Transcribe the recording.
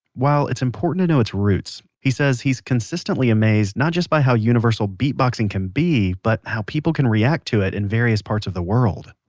while it's important to know its roots, he says he's constantly amazed not just by how universal beatboxing can be but how people can react to it in various parts of the world